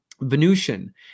Venusian